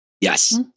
Yes